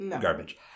Garbage